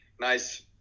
nice